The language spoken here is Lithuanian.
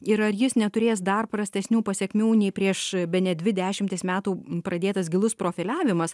ir ar jis neturės dar prastesnių pasekmių nei prieš bene dvi dešimtis metų pradėtas gilus profiliavimas